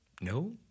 No